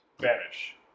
vanish